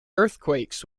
earthquakes